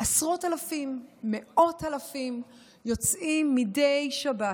עשרות אלפים, מאות אלפים, יוצאים מדי שבת,